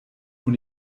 und